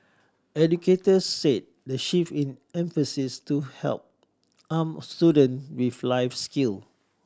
educators said the shift in emphasis to help arm student with life skill